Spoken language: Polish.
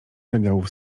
regałów